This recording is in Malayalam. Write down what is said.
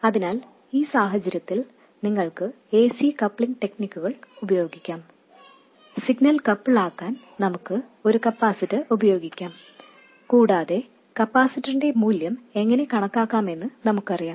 അതിനാൽ ഈ സാഹചര്യത്തിൽ നിങ്ങൾക്ക് ac കപ്ലിംഗ് ടെക്നിക്കുകൾ ഉപയോഗിക്കാം സിഗ്നൽ കപ്പിൾ ആക്കാൻ നമുക്ക് ഒരു കപ്പാസിറ്റർ ഉപയോഗിക്കാം കൂടാതെ കപ്പാസിറ്ററിന്റെ മൂല്യം എങ്ങനെ കണക്കാക്കാമെന്ന് നമുക്കറിയാം